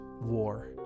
war